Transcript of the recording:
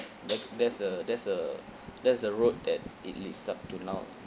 that's that's the that's the that's the road that it leads up to now